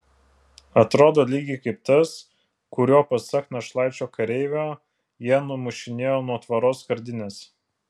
atrodo lygiai kaip tas kuriuo pasak našlaičio kareivio jie numušinėjo nuo tvoros skardines